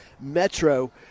Metro